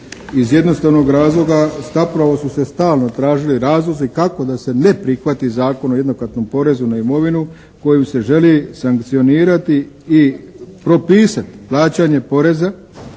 Iz jednostavnog razloga zapravo su se stalno tražili razlozi kako da se ne prihvati Zakon o jednokratnom porezu na imovinu koju se želi sankcionirati i propisati plaćanje poreza